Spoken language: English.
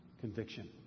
conviction